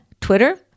Twitter